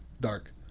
dark